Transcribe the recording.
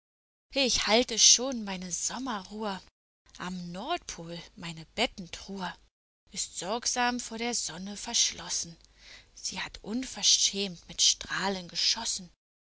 ich halte schon meine sommerruhe am nordpol meine bettentruhe ist sorgsam vor der sonne verschlossen sie hat unverschämt mit strahlen geschossen